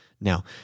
Now